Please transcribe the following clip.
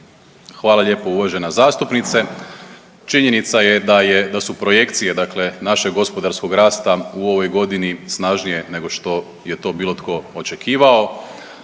Hvala lijepo uvažena zastupnice. Činjenica je da su projekcije našeg gospodarskog rasta u ovoj godini snažnije nego što je to bilo tko očekivao.